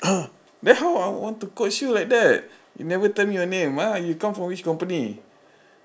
then how I want to coach you like you never tell me your name ah you come from which company